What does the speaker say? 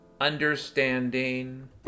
understanding